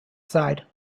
side